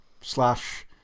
slash